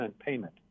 payment